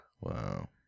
Wow